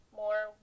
more